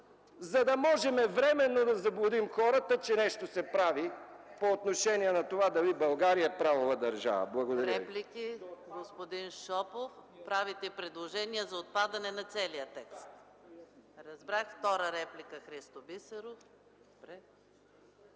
за да можем временно да заблудим хората, че нещо се прави по отношение на това дали България е правова държава. Благодаря Ви.